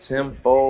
tempo